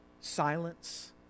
silence